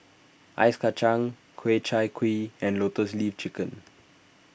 Ice Kachang Ku Chai Kuih and Lotus Leaf Chicken